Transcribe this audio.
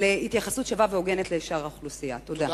תודה.